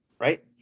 Right